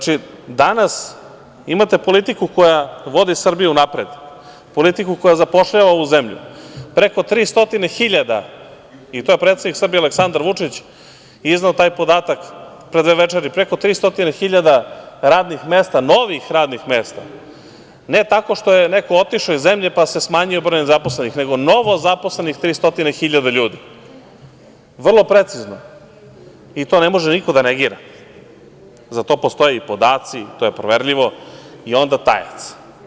Danas imate politiku koja vodi Srbiju napred, politiku koja zapošljava ovu zemlju, preko 300.000 i to je predsednik Srbije, Aleksandar Vučić, izneo taj podatak pre dve večeri, preko 300.000 radnih mesta, novih radnih mesta, ne tako što je neko otišao iz zemlje pa se smanjio broj nezaposlenih, nego novozaposlenih 300.000 ljudi, vrlo precizno i to ne može niko da negira, za to postoje podaci, to je proverljivo i onda tajac.